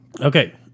Okay